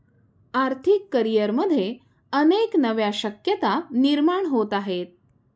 आर्थिक करिअरमध्ये अनेक नव्या शक्यता निर्माण होत आहेत